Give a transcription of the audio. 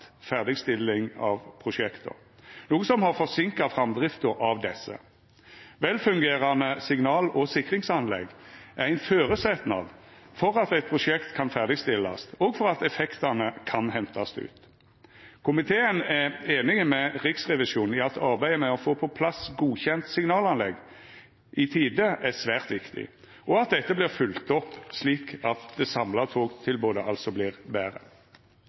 ferdigstilling av prosjekta, noko som har forseinka framdrifta av desse. Velfungerande signal- og sikringsanlegg er ein føresetnad for at eit prosjekt kan ferdigstillast, og for at effektane kan hentast ut. Komiteen er einig med Riksrevisjonen i at arbeidet med å få på plass godkjent signalanlegg i tide er svært viktig, og at dette vert følgt opp slik at det samla togtilbodet vert betre.